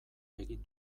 egin